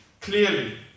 clearly